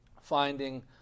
finding